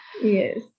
yes